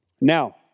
Now